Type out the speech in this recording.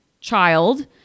child